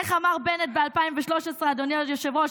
איך אמר בנט ב-2013, אדוני היושב-ראש,